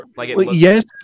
Yes